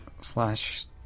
Slash